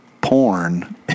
porn